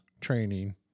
training